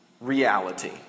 reality